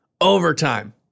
Overtime